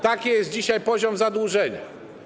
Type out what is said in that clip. Taki jest dzisiaj poziom zadłużenia.